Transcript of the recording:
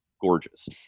gorgeous